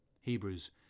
Hebrews